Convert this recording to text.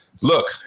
look